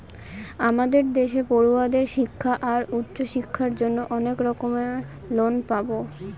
আমাদের দেশে পড়ুয়াদের শিক্ষা আর উচ্চশিক্ষার জন্য অনেক রকম লোন পাবো